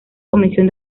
comisión